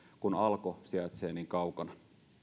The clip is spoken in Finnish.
kun alko sijaitsee niin kaukana